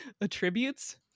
attributes